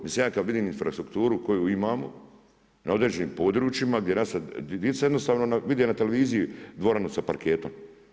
Mislim ja kada vidim infrastrukturu koju imamo na određenim područjima gdje djeca jednostavno vide na televiziji dvorani sa parketom.